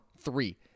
three